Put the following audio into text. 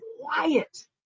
quiet